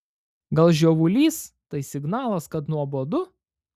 gal žiovulys tai signalas kad nuobodu